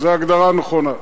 וזו הגדרה נכונה.